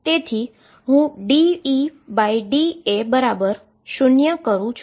તેથી હું dEda0 કરું છું